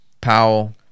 Powell